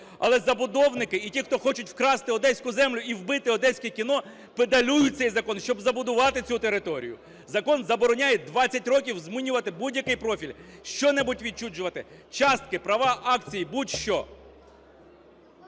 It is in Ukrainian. Але забудовники і ті, хто хочуть вкрасти одеську землю і вбити одеське кіно, педалюють цей закон, щоб забудувати цю територію. Закон забороняє 20 років змінювати будь-який профіль, що-небудь відчужувати: частки, права, акції, будь-що.